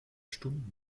stunden